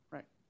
Right